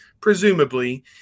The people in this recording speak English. presumably